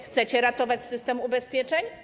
Chcecie ratować system ubezpieczeń?